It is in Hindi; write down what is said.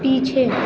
पीछे